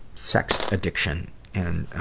sex addiction and, ah,